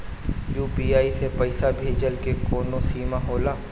UPI से पईसा भेजल के कौनो सीमा होला?